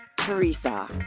Teresa